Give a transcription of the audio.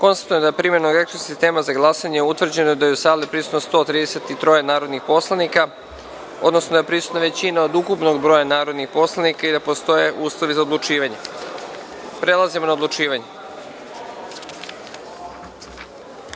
glasanje. Konstatujem da je primenom elektronskog sistema za glasanje utvrđeno da je u sali prisutno 133 narodnih poslanika, odnosno da je prisutna većina od ukupnog broja narodnih poslanika i da, postoje uslovi za odlučivanje. Prelazimo na odlučivanje. Prelazimo